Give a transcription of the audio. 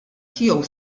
tiegħu